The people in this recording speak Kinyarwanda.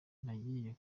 nagiye